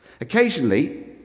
Occasionally